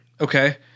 Okay